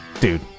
Dude